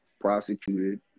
prosecuted